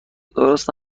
درست